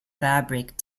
fabric